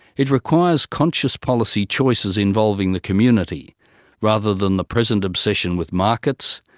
it requires conscious policy choices involving the community rather than the present obsession with markets,